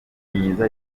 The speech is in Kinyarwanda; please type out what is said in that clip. myiza